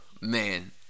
man